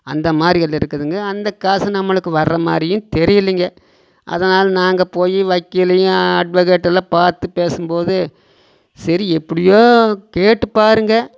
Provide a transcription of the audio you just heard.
அந்தமாதிரி அதில் இருக்குதுங்க இந்த காசு நம்மளுக்கு வர்றமாதிரியும் தெரியலைங்க அதனால் நாங்கள் போய் வக்கீலையும் அட்வாக்கெட்டெல்லாம் பார்த்து பேசும்போது சரி எப்படியோ கேட்டு பாருங்கள்